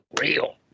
real